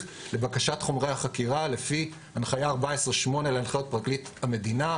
לבקשת חומרי החקירה לפי הנחיה 14/08 להנחיות פרקליט המדינה,